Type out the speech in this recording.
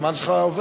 הזמן שלך עובר.